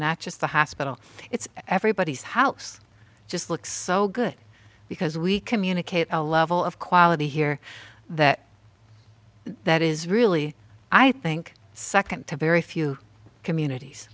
not just the hospital it's everybody's house just looks so good because we communicate a level of quality here that that is really i think second to very few communities